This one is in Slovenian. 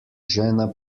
žena